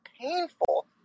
painful